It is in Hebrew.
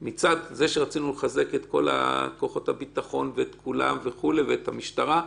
מצד שזה שרצינו לחזק את כל כוחות הביטחון ואת כולם וכולי ואת המשטרה,